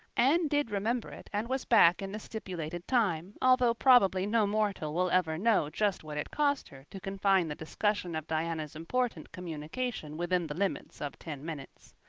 anne did remember it and was back in the stipulated time, although probably no mortal will ever know just what it cost her to confine the discussion of diana's important communication within the limits of ten minutes.